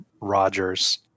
Rogers